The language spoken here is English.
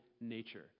nature